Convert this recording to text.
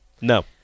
No